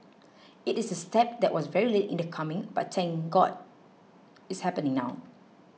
it is a step that was very late in coming but thank God it's happening now